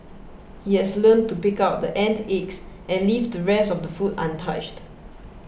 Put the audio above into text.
he has learnt to pick out the ant eggs and leave the rest of the food untouched